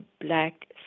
black